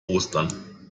ostern